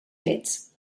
fets